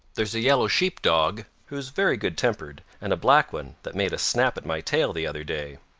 there's a yellow sheep dog, who's very good tempered, and a black one that made a snap at my tail the other day.